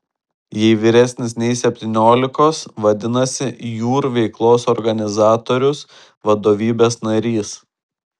jei vyresnis nei septyniolikos vadinasi jūr veiklos organizatorius vadovybės narys